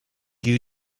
you